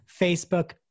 Facebook